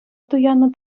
туяннӑ